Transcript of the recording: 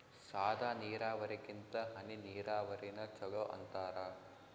ಸಾದ ನೀರಾವರಿಗಿಂತ ಹನಿ ನೀರಾವರಿನ ಚಲೋ ಅಂತಾರ